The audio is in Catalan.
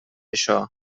això